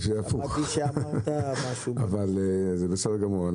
זה בסדר גמור.